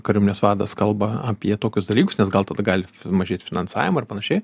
kariuomenės vadas kalba apie tokius dalykus nes tada gali mažėt finansavimą ir panašiai